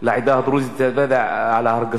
אני יודע על ההרגשות,